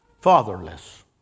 fatherless